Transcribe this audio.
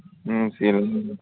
ceiling